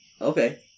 Okay